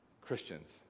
Christians